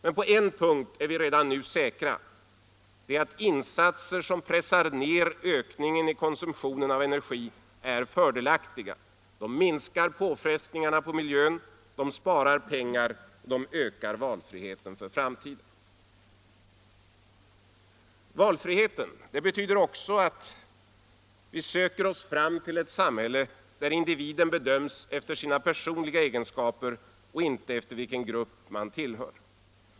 Men på en punkt är vi redan nu säkra: Insatser som pressar ned ökningen i konsumtionen av energi är fördelaktiga. De minskar påfrestningarna på miljön, sparar pengar och ökar valfriheten för framtiden. Valfriheten betyder också att vi söker oss fram till ett samhälle där individen bedöms efter sina personliga egenskaper och inte efter vilken grupp man tillhör.